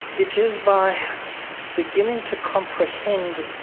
it is by beginning to comprehend